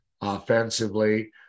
offensively